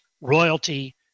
royalty